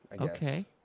Okay